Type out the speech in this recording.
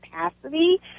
capacity